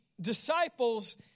disciples